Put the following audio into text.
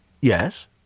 Yes